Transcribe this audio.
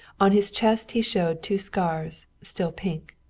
on his chest he showed two scars, still pink.